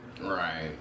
Right